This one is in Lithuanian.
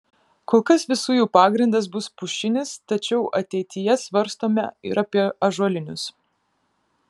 kol kas visų jų pagrindas bus pušinis tačiau ateityje svarstome ir apie ąžuolinius